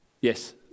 Yes